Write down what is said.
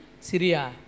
Syria